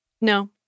No